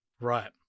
Right